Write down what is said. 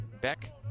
Beck